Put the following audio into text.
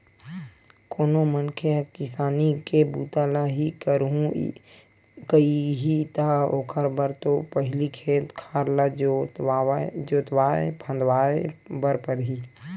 कोनो मनखे ह किसानी के बूता ल ही करहूं कइही ता ओखर बर तो पहिली खेत खार ल जोतवाय फंदवाय बर परही